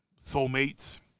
soulmates